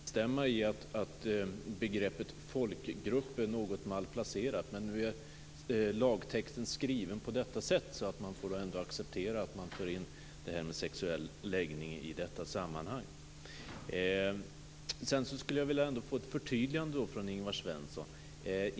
Herr talman! Jag instämmer i att begreppet folkgrupp är något malplacerat. Men nu är lagtexten skriven på detta sätt, så man får ändå acceptera att sexuell läggning förs in i detta sammanhang. Jag skulle vilja få ett förtydligande av Ingvar Svensson.